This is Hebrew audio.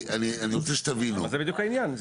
אני רוצה שתבינו -- זה בדיוק העניין.